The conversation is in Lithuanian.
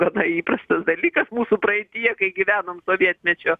gana įprastas dalykas mūsų praeityje kai gyvenom sovietmečiu